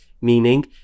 meaning